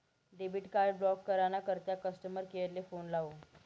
debit card block करा ना करता कस्टमर केअर ले फोन लावो